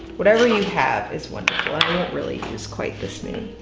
whatever you have is wonderful and i don't really use quite this many.